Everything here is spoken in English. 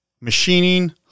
machining